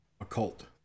occult